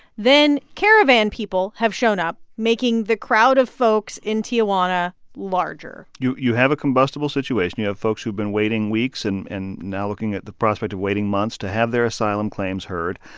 then, caravan people have shown up, making the crowd of folks in tijuana larger you you have a combustible situation. you have folks who've been waiting weeks and now looking at the prospect of waiting months to have their asylum claims heard.